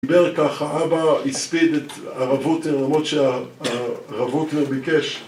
דיבר כך, האבא הספיד את הרבות הרמות שהרבות לא ביקש